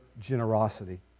generosity